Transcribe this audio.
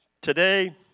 Today